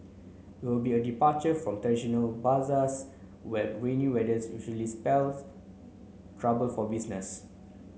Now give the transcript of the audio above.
it will be a departure from traditional bazaars where rainy weathers usually spells trouble for business